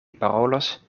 parolos